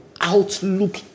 outlook